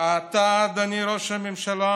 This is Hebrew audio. אתה, אדוני ראש הממשלה,